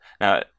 now